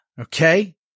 okay